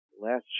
last